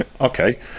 okay